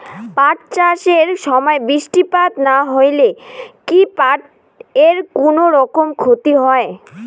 পাট চাষ এর সময় বৃষ্টিপাত না হইলে কি পাট এর কুনোরকম ক্ষতি হয়?